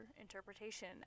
interpretation